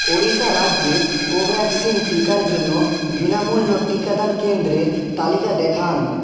ওড়িশা রাজ্যে কোভ্যাক্সিন টিকার জন্য বিনামূল্য টিকাদান কেন্দ্রের তালিকা দেখান